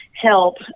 help